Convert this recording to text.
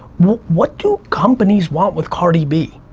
what what do companies want with cardii b?